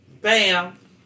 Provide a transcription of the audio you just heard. Bam